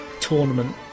tournament